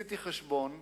עשיתי חשבון,